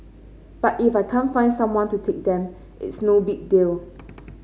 but if I can't find someone to take them it's no big deal